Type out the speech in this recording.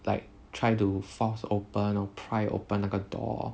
like try to force open or pry open 那个 door